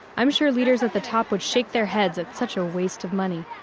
i'm sure leaders at the top would shake their heads at such a waste of money.